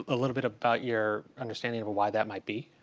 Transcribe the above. a little bit about your understanding of why that might be?